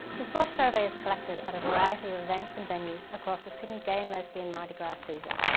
the swash survey is collected at a variety of events and venues across the sydney gay and lesbian mardi gras season.